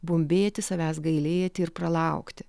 bumbėti savęs gailėti ir pralaukti